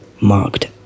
marked